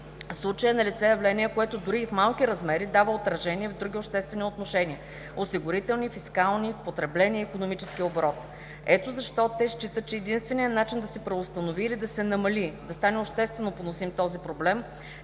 случая е налице явление, което дори и в малки размери дава отражение в други обществени отношения – осигурителни, фискални, в потребление, в икономическия оборот. Ето защо те считат, че единственият начин да се преустанови или да се намали, да стане обществено поносим този проблем,